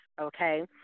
okay